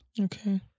Okay